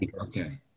okay